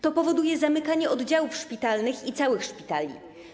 To powoduje zamykanie oddziałów szpitalnych i całych szpitali.